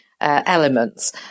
elements